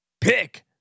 pick